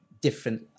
different